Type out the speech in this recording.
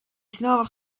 snelweg